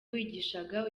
wigishaga